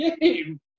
game